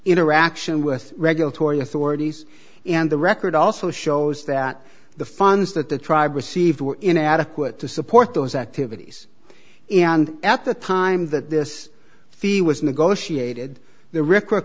interaction with regulatory authorities and the record also shows that the funds that the tribe received were inadequate to support those activities and at the time that this fee was negotiated the re